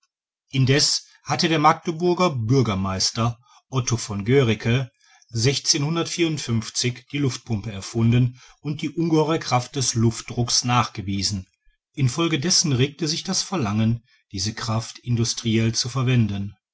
indessen hatte der magdeburger bürgermeister otto von guerike die luftpumpe erfunden und die ungeheuere kraft des luftdruckes nachgewiesen in folge dessen regte sich das verlangen diese kraft industriell zu verwerthen